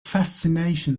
fascination